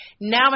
Now